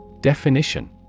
Definition